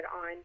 on